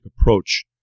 approach